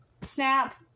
SNAP